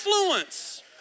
influence